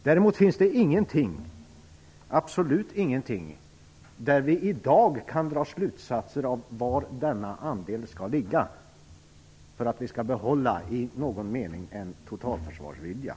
Däremot finns det ingenting, absolut ingenting, som gör att vi i dag kan dra slutsatser om var denna andel skall ligga för att vi i någon mening skall behålla en totalförsvarsvilja.